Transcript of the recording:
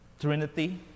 Trinity